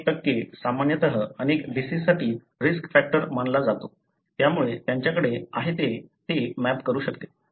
तर वरील 1 सामान्यतः अनेक डिसिजसाठी रिस्क फॅक्टर मानला जातो त्यामुळे त्यांच्याकडे आहे ते ते मॅप करू शकले